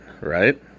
right